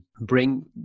bring